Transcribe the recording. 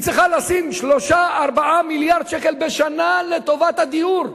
היא צריכה לשים 4-3 מיליארד שקל בשנה לטובת הדיור.